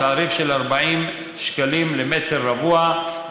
בתעריף של 40 שקלים למטר רבוע,